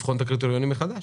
לבחון את הקריטריונים מחדש.